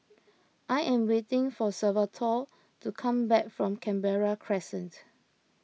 I am waiting for Salvatore to come back from Canberra Crescent